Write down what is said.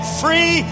free